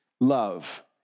love